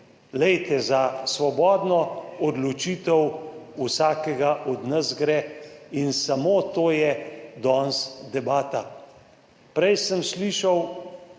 Za svobodno odločitev vsakega od nas gre in samo to je danes debata. Prej sem slišal,